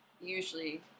usually